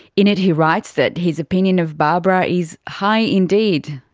in it he writes that his opinion of barbara is high indeed,